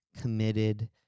committed